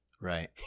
Right